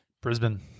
Brisbane